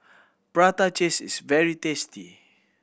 prata cheese is very tasty